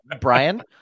Brian